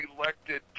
elected